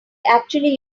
actually